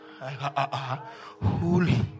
holy